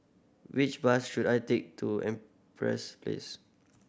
which bus should I take to Empress Place